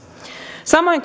samoin